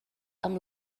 amb